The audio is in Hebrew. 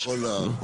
בשם כל האופוזיציה.